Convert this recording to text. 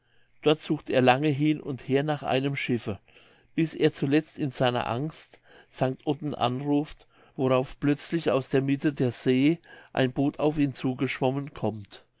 dort sucht er lange hin und her nach einem schiffe bis er zuletzt in seiner angst st otten anruft worauf plötzlich aus der mitte der see ein boot auf ihn zu geschwommen kommt